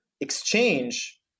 exchange